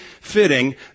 fitting